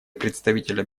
представителя